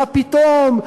מה פתאום,